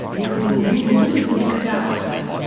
including warm waters and good outflow.